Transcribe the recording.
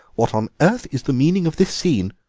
what on earth is the meaning of this scene?